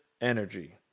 energy